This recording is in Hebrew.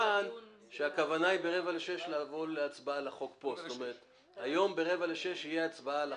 השאלה אם אתה יכול להתנגד להצעה שלך.